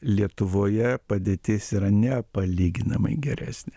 lietuvoje padėtis yra nepalyginamai geresnė